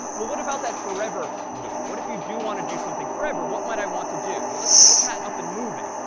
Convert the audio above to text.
what about that forever loop? what if you do want to do something forever? what might i want to do? well, let's get the cat up and moving.